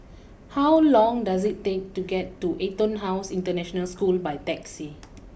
how long does it take to get to EtonHouse International School by taxi